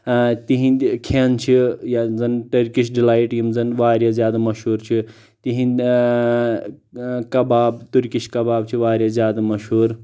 آ تہنٛدۍ کھٮ۪ن چھِ یِم زن ٹرکِش ڈِلایٹ یِم زَن واریاہ زیادٕ مشہور چھِ تہنٛد اۭں کباب ٹُرکِش کباب چھِ واریاہ زیادٕ مشہور